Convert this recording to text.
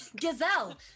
Gazelle